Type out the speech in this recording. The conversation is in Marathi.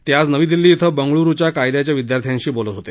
ते आज नवी दिल्ली इथं बंगळुरूच्या कायद्याच्या विद्यार्थ्यांशी बोलत होते